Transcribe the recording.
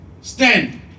stand